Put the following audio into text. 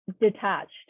detached